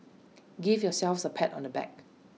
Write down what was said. give yourselves A pat on the back